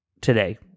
today